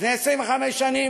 לפני 25 שנים,